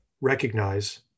recognize